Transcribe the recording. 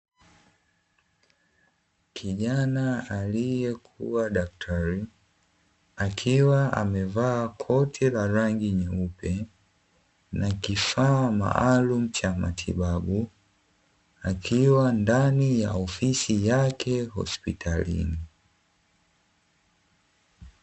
Kijana aliyekuwa daktari, akiwa amevaa koti la rangi nyeupe na kifaa maalumu cha matibabu akiwa ndani ya ofisi yake hospitalini.